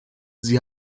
sie